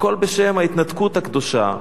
הכול בשם ההתנתקות הקדושה.